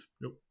nope